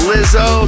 Lizzo